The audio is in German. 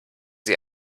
sie